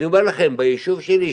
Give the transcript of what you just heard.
אני אומר לכם ביישוב שלי,